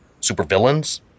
supervillains